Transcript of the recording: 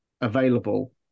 available